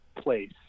place